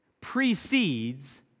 precedes